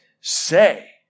say